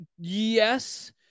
Yes